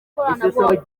ikoranabuhanga